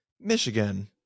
Michigan